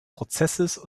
prozesses